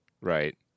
Right